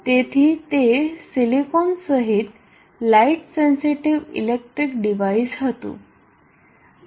તેથી તે સિલિકોન સહિત લાઈટ સેન્સીટીવ ઇલેક્ટ્રિક ડિવાઇસ હતું